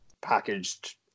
packaged